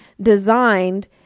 designed